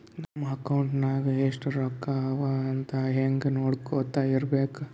ನಮ್ ಅಕೌಂಟ್ ನಾಗ್ ಎಸ್ಟ್ ರೊಕ್ಕಾ ಅವಾ ಅಂತ್ ಹಂಗೆ ನೊಡ್ಕೊತಾ ಇರ್ಬೇಕ